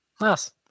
Nice